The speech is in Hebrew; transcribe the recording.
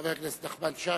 חבר הכנסת נחמן שי,